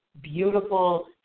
beautiful